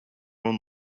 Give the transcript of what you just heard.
own